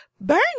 burn